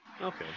okay